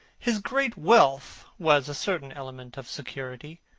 his great wealth was a certain element of security.